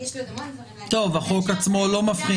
יש לי עוד המון דברים להגיד --- החוק עצמו לא מבחין